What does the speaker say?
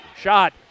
Shot